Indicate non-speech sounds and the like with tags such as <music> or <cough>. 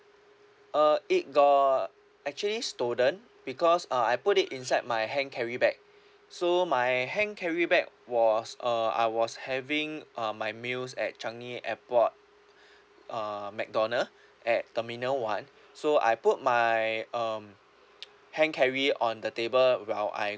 uh it got actually stolen because uh I put it inside my hand carry bag <breath> so my hand carry bag was uh I was having uh my meals at changi airport <breath> uh mcdonald <breath> at terminal one so I put my um <noise> hand carry on the table while I